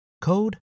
code